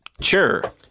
Sure